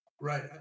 Right